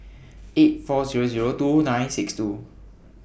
eight four Zero Zero two nine six two